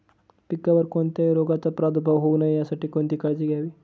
पिकावर कोणत्याही रोगाचा प्रादुर्भाव होऊ नये यासाठी कोणती काळजी घ्यावी?